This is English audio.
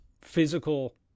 physical